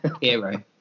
hero